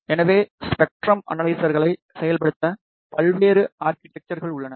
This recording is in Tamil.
எனவே ஸ்பெக்ட்ரம் அனலைசர்களை செயல்படுத்த பல்வேறு ஆர்கிடெக்ச்சர்கள் உள்ளன